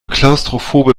klaustrophobe